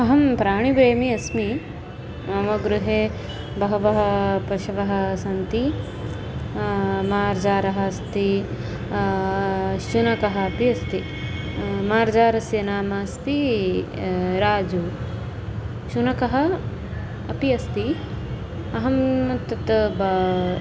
अहं प्राणिप्रेमी अस्मि मम गृहे बहवः पशवः सन्ति मार्जारः अस्ति शुनकः अपि अस्ति मार्जारस्य नाम अस्ति राजुः शुनकः अपि अस्ति अहं तत् बा